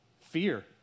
Fear